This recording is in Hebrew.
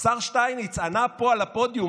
השר שטייניץ ענה פה על הפודיום,